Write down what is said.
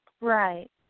Right